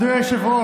אדוני היושב-ראש,